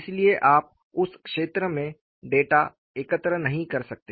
इसलिए आप उस क्षेत्र में डेटा एकत्र नहीं कर सकते